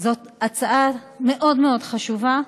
זאת הצעה מאוד מאוד חשובה.